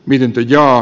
miten ja